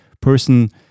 person